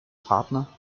partner